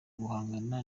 guhangana